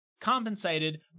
compensated